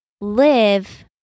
live